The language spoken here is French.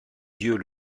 yeux